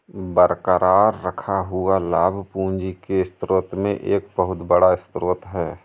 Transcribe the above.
बरकरार रखा हुआ लाभ पूंजी के स्रोत में एक बहुत बड़ा स्रोत है